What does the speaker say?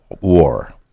war